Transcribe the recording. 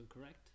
Correct